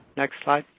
next slide.